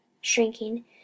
shrinking